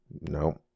No